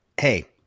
hey